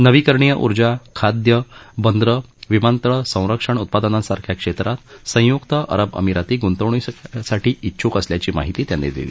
नवीकरणीय ऊर्जा खाद्य बंदरं विमानतळा संरक्षण उत्पादनांसारख्या क्षेत्रात संयुक्त अरब अमिराती गुंतवणुकी साठी उछूक असल्याची माहिती त्यांनी दिली